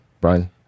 Brian